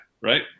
Right